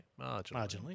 Marginally